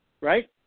right